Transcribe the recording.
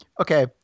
Okay